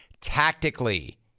tactically